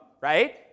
right